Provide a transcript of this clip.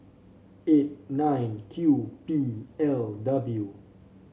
eight nine Q P L W